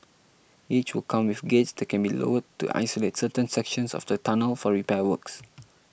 each will come with gates that can be lowered to isolate certain sections of the tunnels for repair works